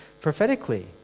prophetically